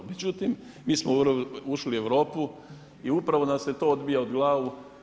Međutim, mi smo ušli u EU i upravo nam se to odbija od glavu.